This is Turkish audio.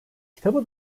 kitabı